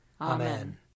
Amen